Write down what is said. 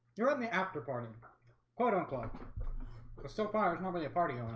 you're on the after-party quite unplugged so far it's not really a party on